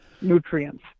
nutrients